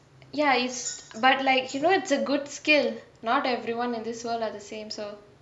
ya it's but like you know it's a good skill not everyone in this world are the same so